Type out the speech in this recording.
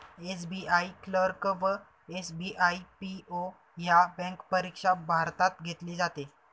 SBI clerk व SBI PO ह्या bank परीक्षा भारतात घेतली जाते